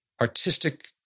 artistic